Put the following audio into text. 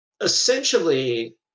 essentially